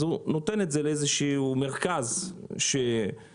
אז הוא נותן לאיזה מרכז שבודק,